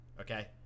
okay